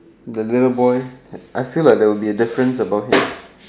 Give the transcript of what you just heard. the little boy I feel like there will be a difference about him